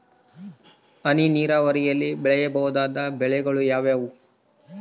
ಹನಿ ನೇರಾವರಿಯಲ್ಲಿ ಬೆಳೆಯಬಹುದಾದ ಬೆಳೆಗಳು ಯಾವುವು?